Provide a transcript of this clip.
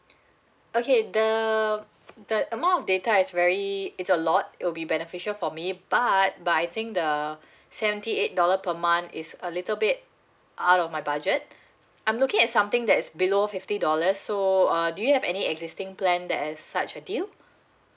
okay the the amount of data is very it's a lot it would be beneficial for me but but I think the uh seventy eight dollar per month is a little bit out of my budget I'm looking at something that's below fifty dollars so uh do you have any existing plan that has such a deal